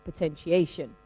potentiation